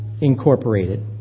Incorporated